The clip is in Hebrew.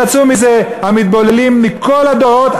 יצאו מזה המתבוללים מכל הדורות.